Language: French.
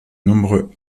nombreux